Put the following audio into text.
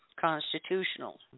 constitutional